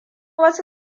wasu